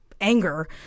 anger